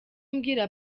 mbwira